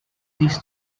this